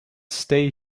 stay